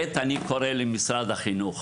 אני קורא למשרד החינוך: